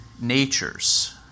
natures